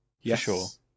Yes